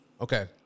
Okay